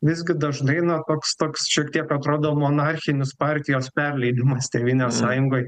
visgi dažnai na toks toks šiek tiek atrodo monarchinis partijos perleidimas tėvynės sąjungoj